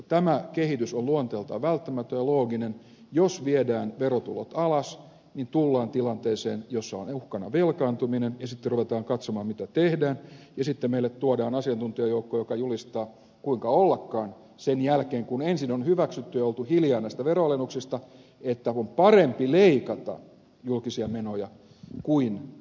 tämä kehitys on luonteeltaan välttämätön ja looginen sillä jos viedään verotulot alas niin tullaan tilanteeseen jossa on uhkana velkaantuminen ja sitten ruvetaan katsomaan mitä tehdään ja sitten meille tuodaan asiantuntijajoukko joka julistaa kuinka ollakaan sen jälkeen kun ensin on hyväksytty ja oltu hiljaa näistä veronalennuksista että on parempi leikata julkisia menoja kuin lisätä veroja